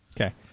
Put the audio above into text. Okay